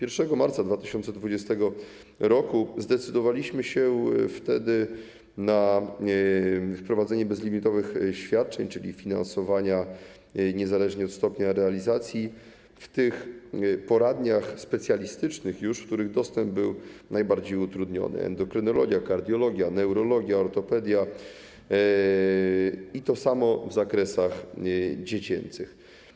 1 marca 2020 r. zdecydowaliśmy się na wprowadzenie bezlimitowych świadczeń, czyli finansowania niezależnie od stopnia realizacji, w tych poradniach specjalistycznych, w których dostęp był najbardziej utrudniony, tj. endokrynologia, kardiologia, neurologia, ortopedia, i tak samo w zakresach dziecięcych.